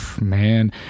man